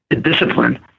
discipline